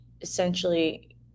essentially